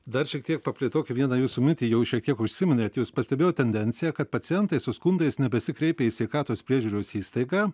dar šiek tiek paplėtokim vieną jūsų mintį jau šiek tiek užsiminėt jūs pastebėjau tendenciją kad pacientai su skundais nebesikreipia į sveikatos priežiūros įstaigą